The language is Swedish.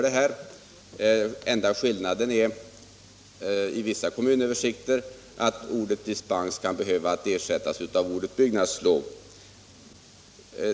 Den enda skillnaden är att i vissa kommunöversikter ordet dispens kan behöva ersättas med ordet byggnadslov.